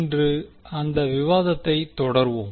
இன்று அந்த விவாதத்தை தொடர்வோம்